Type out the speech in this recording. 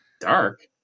Dark